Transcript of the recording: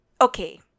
okay